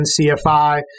CFI